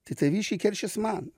tai taviškiai keršys man